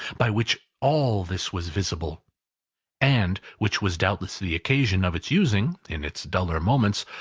by which all this was visible and which was doubtless the occasion of its using, in its duller moments,